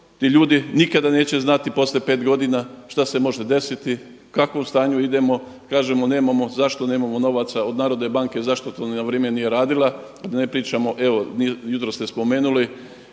ti ljudi nikada neće znati poslije 5 godina šta se može desiti, u kakvom stanju idemo, kažemo nemamo, zašto nemamo novaca, od Narodne banke zašto to na vrijeme nije radila a da ne pričamo evo, jutros ste spomenuli